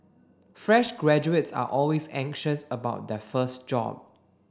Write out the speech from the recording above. fresh graduates are always anxious about their first job